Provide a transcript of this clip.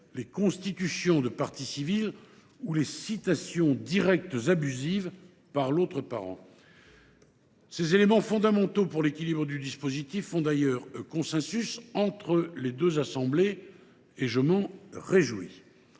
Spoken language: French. les constitutions de partie civile ou les citations directes abusives par l’autre parent. Ces éléments, fondamentaux pour l’équilibre du dispositif, font d’ailleurs consensus entre les deux assemblées, ce dont je me réjouis.